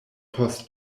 post